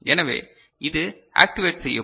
எனவே இது ஆக்டிவேட் செய்யப்படும் 0 0 0 0